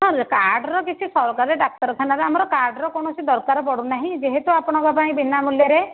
କାର୍ଡ଼ର କିଛି ସରକାରୀ ଡାକ୍ତରଖାନାରେ ଆମର କାର୍ଡ଼ର କୌଣସି ଦରକାର ପଡ଼ୁନାହିଁ ଯେହେତୁ ଆପଣଙ୍କ ପାଇଁ ବିନାମୂଲ୍ୟରେ